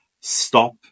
stop